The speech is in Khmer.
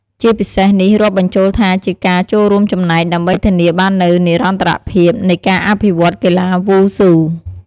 ជាពិសេនេះរាប់បញ្ចូលថាជាការចូលរួមចំណែក ដើម្បីធានាបាននូវនិរន្តរភាពនៃការអភិវឌ្ឍន៍កីឡាវ៉ូស៊ូ។